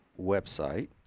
website